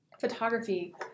photography